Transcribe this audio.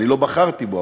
אני לא בחרתי בו,